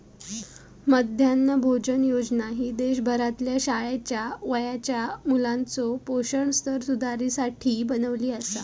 मध्यान्ह भोजन योजना ही देशभरातल्या शाळेच्या वयाच्या मुलाचो पोषण स्तर सुधारुसाठी बनवली आसा